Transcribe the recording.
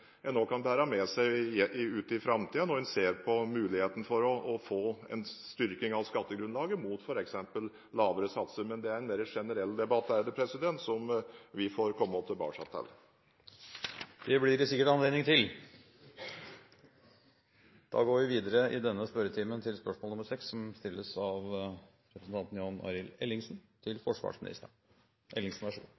en også kan bære med seg inn i framtiden når en ser på muligheten for å få en styrking av skattegrunnlaget mot f.eks. lavere satser, men det er en mer generell debatt som vi får komme tilbake til. Det blir det sikkert anledning til! Spørsmålet er som følger: «En del av den norske strategien i forbindelse med kjøp av